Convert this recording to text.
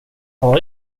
har